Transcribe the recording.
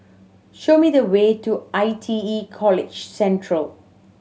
show me the way to I T E College Central